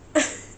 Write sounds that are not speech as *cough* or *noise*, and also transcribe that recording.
*noise*